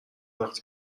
وقتی